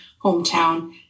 hometown